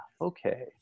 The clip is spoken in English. okay